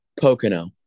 Pocono